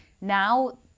now